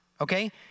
okay